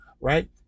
right